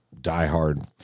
diehard